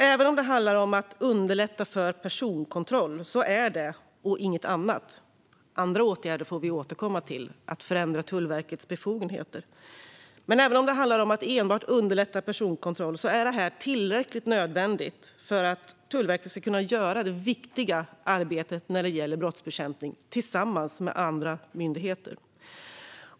Även om det handlar om att enbart underlätta för personkontroll är det här tillräckligt nödvändigt för att Tullverket ska kunna göra det viktiga arbetet när det gäller brottsbekämpning tillsammans med andra myndigheter. Andra åtgärder får vi återkomma till, till exempel att ändra Tullverkets befogenheter.